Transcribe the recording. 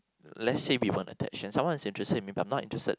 let's say we weren't attached and someone is interested in me but I'm not interested